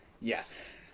Yes